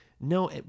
No